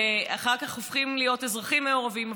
ואחר כך הופכים להיות אזרחים מעורבים.